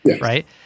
Right